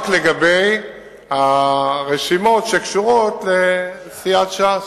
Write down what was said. רק לגבי הרשימות שקשורות לסיעת ש"ס,